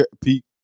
Pete